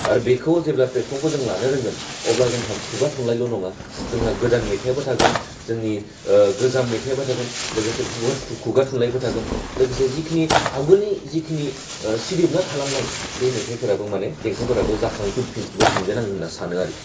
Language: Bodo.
आरो बेखौ जेब्ला फ्लेटफर्मखौ जों लानो रोंगोन अब्ला जोंहा खुगा थुनलाइल' नङा जोंहा गोदान मेथाइआवबो थागोन जोंनि गोजाम मेथाइआबो थागोन लोगोसे खुगा थुनलाइबो थागोन लोगोसे जिखिनि आवगोलनि जि खिनि सिदोबना थालांनाय बे मेथाइफोराबो मानि देंखोफोराबो जाखांफैफिन बोफिनगोन होना आं सानो आरोखि